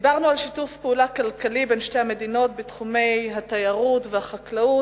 דיברנו על שיתוף פעולה כלכלי בין שתי המדינות בתחומי התיירות והחקלאות,